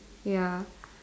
ya